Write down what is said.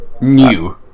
new